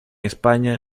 españa